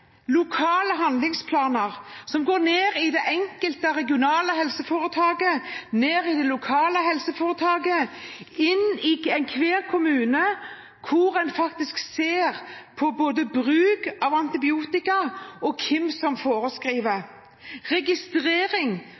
lokale handlingsplaner for det enkelte regionale helseforetaket, for det lokale helseforetaket, for enhver kommune, hvor en faktisk ser på både bruk av antibiotika og hvem som forskriver. Registrering